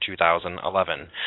2011